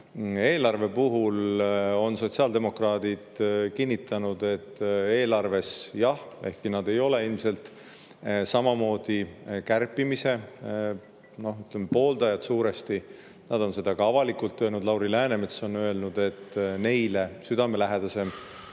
Eelarve puhul on sotsiaaldemokraadid kinnitanud, et jah, ehkki nad ei ole ilmselt samamoodi kärpimise pooldajad – nad on seda ka avalikult öelnud, Lauri Läänemets on öelnud, et neile on südamelähedasem